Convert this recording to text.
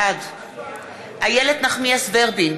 בעד איילת נחמיאס ורבין,